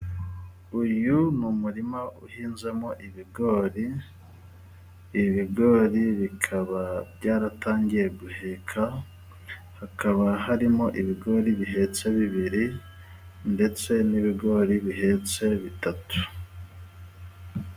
Uyu n'umurima uhinzemo ibigori, ibigori bikaba byaratangiye guheka, hakaba harimo ibigori bihetse bibiri ndetse n'ibigori bihetse bitatu.